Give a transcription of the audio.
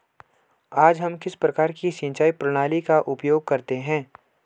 आज हम किस प्रकार की सिंचाई प्रणाली का उपयोग करते हैं?